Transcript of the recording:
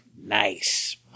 Nice